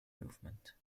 movement